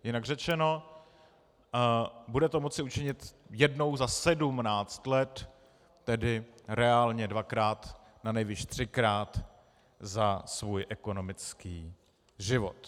Jinak řečeno, bude to moci učinit jednou za 17 let, tedy reálně dvakrát, nanejvýš třikrát za svůj ekonomický život.